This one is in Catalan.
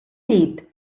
llit